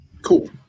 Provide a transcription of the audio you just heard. cool